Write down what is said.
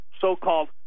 so-called